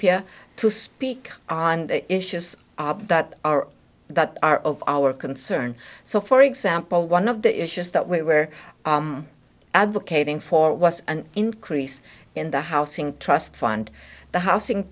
pia to speak on the issue is that our that are of our concern so for example one of the issues that we were advocating for was an increase in the housing trust fund the housing